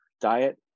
diet